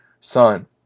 Son